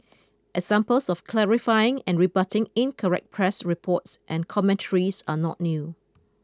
examples of clarifying and rebutting incorrect press reports and commentaries are not new